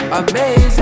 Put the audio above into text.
amazing